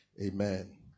Amen